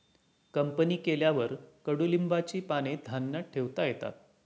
company केल्यावर कडुलिंबाची पाने धान्यात ठेवता येतात